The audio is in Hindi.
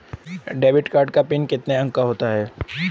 डेबिट कार्ड का पिन कितने अंकों का होता है?